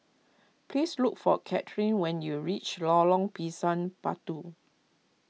please look for Kaitlynn when you reach Lorong Pisang Batu